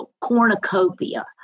cornucopia